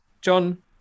John